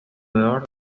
dolor